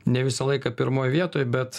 ne visą laiką pirmoj vietoj bet